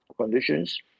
conditions